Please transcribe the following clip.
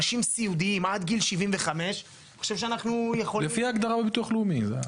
אנשים סיעודיים על גיל 75. לפי ההגדרה בביטוח לאומי.